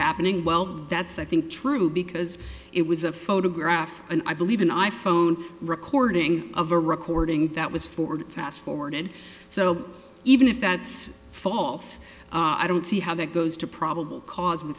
happening well that's i think true because it was a photograph and i believe an i phone recording of a recording that was forwarded fast forwarded so even if that's false i don't see how that goes to probable cause